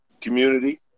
community